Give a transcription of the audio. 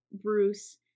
Bruce